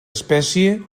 espècie